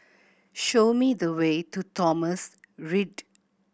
show me the way to Thomson Ridge